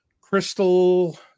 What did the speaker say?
crystal